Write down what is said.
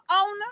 owner